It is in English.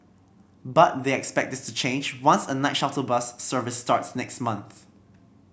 but they expect this to change once a night shuttle bus service starts next month